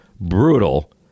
brutal